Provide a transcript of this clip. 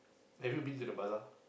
have you been to the bazaar